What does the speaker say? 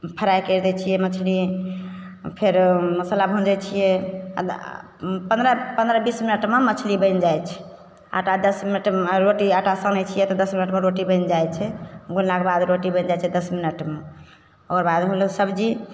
fry करि दै छियै मछली फेर मसाला भूजय छियै पन्द्रह पन्द्रह बीस मिनटमे मछली बनि जाइ छै आटा दस मिनटमे रोटी आटा सनय छियै तऽ दस मिनटमे रोटी बनि जाइ छै बेललाके बाद रोटी बनि जाइ छै दस मिनटमे ओकर बाद होलय सब्जी